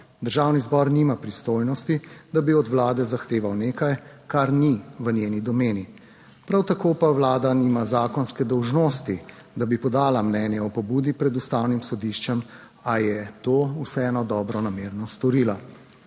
Državni zbor nima pristojnosti, da bi od vlade zahteval nekaj, kar ni v njeni domeni. Prav tako pa vlada nima zakonske dolžnosti, da bi podala mnenje o pobudi pred ustavnim sodiščem, a je to vseeno dobronamerno storila.